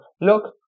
Look